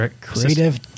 Creative